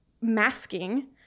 masking